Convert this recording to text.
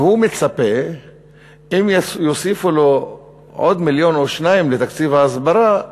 והוא מצפה שאם יוסיפו לו עוד מיליון או שניים לתקציב ההסברה,